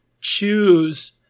choose